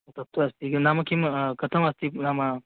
तत्तु अस्ति नाम किं कथमस्ति नाम